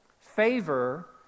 Favor